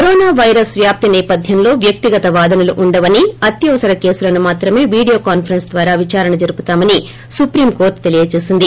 corona virus వ్యాప్తి నేపథ్యంలో వ్యక్తిగత వాదనలు ఉండవని అత్యవసర కేసులను మాత్రేమే వీడియో కాన్సరెస్స్ ద్వారా విచారణ జరుపుతామని సుప్రీం కోర్ట్ తెలిపింది